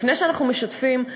לפני שאנחנו משתפים,